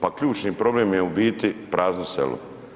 Pa ključni problem je u biti prazno selo.